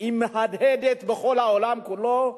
מהדהדת בכל העולם כולו,